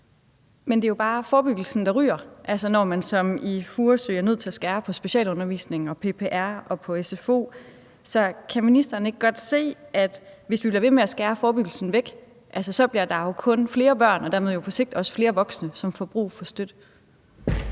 Men det er jo bare forebyggelsen, der ryger, når man som i Furesø Kommune er nødt til at skære ned på specialundervisning, PPR og sfo. Så kan ministeren ikke godt se, at hvis vi bliver ved med at skære forebyggelsen væk, så bliver der jo kun flere børn og dermed på sigt også flere voksne, som får brug for støtte?